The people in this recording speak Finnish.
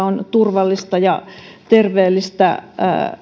on turvallista ja terveellistä